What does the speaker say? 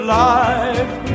life